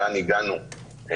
לאן הגענו,